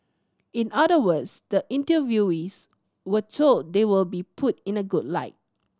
in other words the interviewees were told they will be put in a good light